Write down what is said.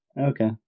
Okay